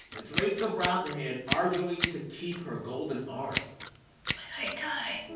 it's rachel brosnahan arguing to keep her golden arm when i die.